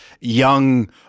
young